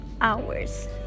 hours